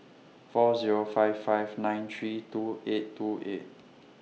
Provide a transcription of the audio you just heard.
four Zero five five nine three two eight two eight